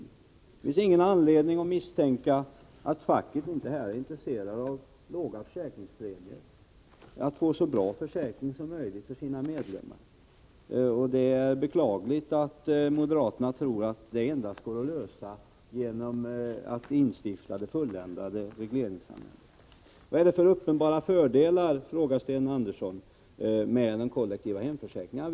Det finns ingen anledning att misstänka att facket inte är intresserat av att få låga försäkringspremier och så bra försäkringar som möjligt för sina medlemmar. Det är beklagligt att moderaterna tror att den frågan endast går att lösa genom att man instiftar det fulländade regleringssamhället. Vad är det för uppenbara fördelar, frågar Sten Andersson, med den kollektiva hemförsäkringen?